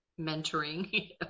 mentoring